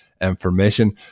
information